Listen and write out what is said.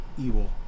evil